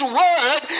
word